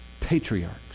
patriarchs